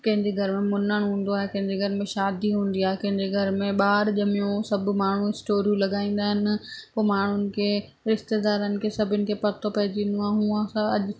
कंहिं जे घर में मुनणु हूंदो आहे कंहिंजे घर में शादी हूंदी आहे कंहिं जे घर में ॿार ॼमियो सभु माण्हू स्टोरियूं लॻाईंदा आहिनि पोइ माण्हुनि खे रिश्तेदारनि खे सभिनी खे पतो पेईजी वेंदो आहे हूअं त अॼु